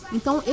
Então